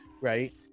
right